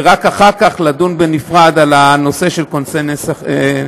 ורק אחר כך נדון בנפרד על הנושא של כונסי נכסים.